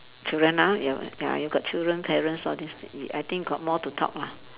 children ah ya ya you got children parents all this I think got more to talk lah